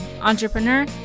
entrepreneur